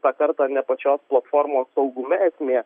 tą kartą ne pačios platformos saugume esmė